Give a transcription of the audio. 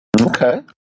Okay